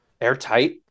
airtight